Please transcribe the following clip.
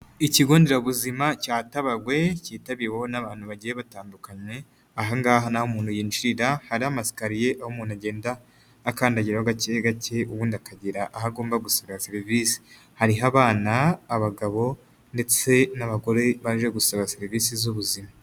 Ikigo nderabuzima cya Tabagwe, kitabiriweho n'abantu bagiye batandukanye, ahangaha ni aho muntu yinjirira, hari amasikariye umuntu agenda akandagira gake gake, ubundi akagera aho agomba gusuba serivisi, hari abana, abagabo ndetse n'abagore, baje gusaba serivisi z'ubuzima.